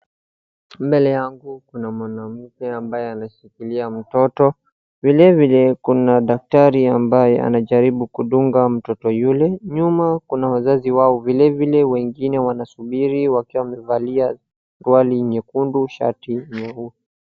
Mbele yangu kuna mwanamke ambaye ameshikilia mtoto. Vilevile kuna daktari ambaye anajaribu kudunga mtoto yule. Nyuma kuna wazazi wao, vilevile wengine wanasubiri wakiwa wamevalia suruari nyekundu na shati nyeusi.